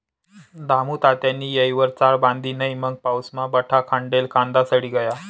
दामुतात्यानी येयवर चाळ बांधी नै मंग पाऊसमा बठा खांडेल कांदा सडी गया